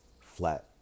Flat